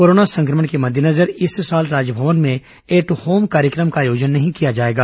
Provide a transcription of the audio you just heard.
corona संक्रमण के मद्देनजर इस साल राजभवन में एट होम कार्यक्रम का आयोजन नहीं किया जाएगा